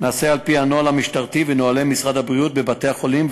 נעשה על-פי הנוהל המשטרתי ונוהלי משרד הבריאות בבתי-החולים,